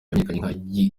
yamenyekanye